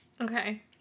Okay